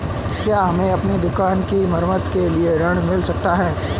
क्या मुझे अपनी दुकान की मरम्मत के लिए ऋण मिल सकता है?